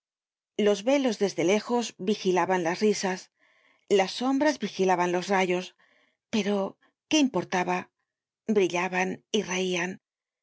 los velos desde lejos vigilaban las risas las sombras vigilaban los rayos pero qué importaba brillaban y reian